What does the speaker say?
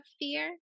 fear